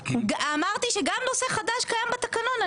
אמרתי שגם נושא חדש קיים בתקנון.